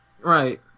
Right